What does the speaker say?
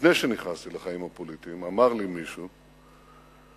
לפני שנכנסתי לחיים הפוליטיים אמר לי מישהו מבוגר: